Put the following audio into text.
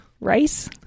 Rice